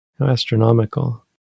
astronomical